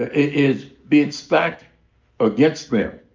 ah is being stacked against them.